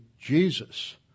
Jesus